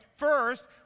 First